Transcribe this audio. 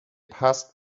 passed